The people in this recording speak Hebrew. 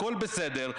הכול בסדר.